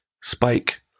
spike